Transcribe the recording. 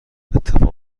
اتفاق